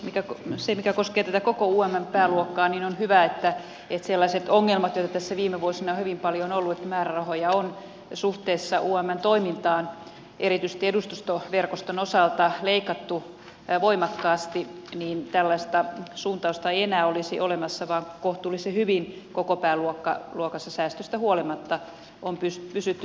mikä koskee tätä koko umn pääluokkaa se on hyvä että sellaisia ongelmia joita tässä viime vuosina on hyvin paljon ollut että määrärahoja on suhteessa umn toimintaan erityisesti edustustoverkoston osalta leikattu voimakkaasti tällaista suuntausta ei enää olisi olemassa vaan kohtuullisen hyvin koko pääluokassa säästöistä huolimatta on pysytty tavoitteissa